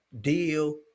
deal